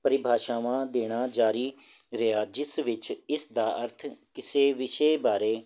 ਪਰਿਭਾਸ਼ਾਵਾਂ ਦੇਣਾ ਜਾਰੀ ਰਿਹਾ ਜਿਸ ਵਿੱਚ ਇਸ ਦਾ ਅਰਥ ਕਿਸੇ ਵਿਸ਼ੇ ਬਾਰੇ